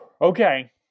Okay